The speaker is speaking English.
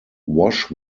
wash